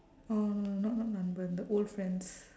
uh not not nanban the old friends